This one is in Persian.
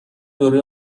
دوره